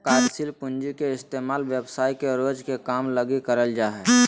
कार्यशील पूँजी के इस्तेमाल व्यवसाय के रोज के काम लगी करल जा हय